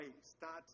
start